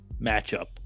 matchup